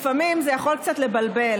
לפעמים זה יכול קצת לבלבל.